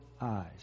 eyes